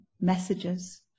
messages